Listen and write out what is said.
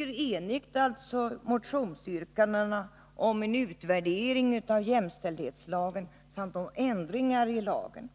enigt utskott avstyrker motionsyrkandena om en utvärdering av jämställdhetslagen samt om ändringar i lagen.